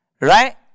Right